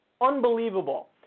Unbelievable